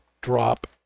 drop